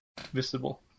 visible